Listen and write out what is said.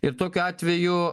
ir tokiu atveju